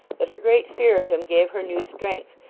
that her great fear of him gave her new strength,